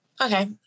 Okay